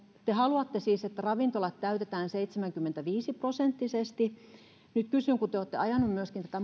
te haluatte siis että ravintolat täytetään seitsemänkymmentäviisi prosenttisesti nyt kysyn kun te olette ajaneet myöskin tätä